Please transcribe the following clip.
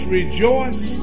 rejoice